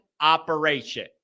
operation